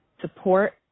Support